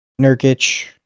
Nurkic